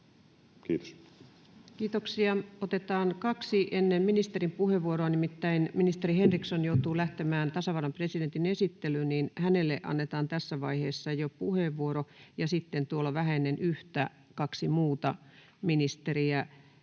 Content: Kiitoksia. — Otetaan kaksi ennen ministerin puheenvuoroa — nimittäin ministeri Henriksson joutuu lähtemään tasavallan presidentin esittelyyn, joten hänelle annetaan tässä vaiheessa jo puheenvuoro, ja sitten tuolla vähän ennen yhtä kaksi muuta ministeriä